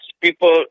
people